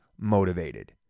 motivated